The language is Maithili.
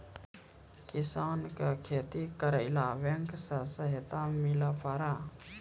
किसान का खेती करेला बैंक से सहायता मिला पारा?